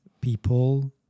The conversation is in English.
people